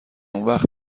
اونوقت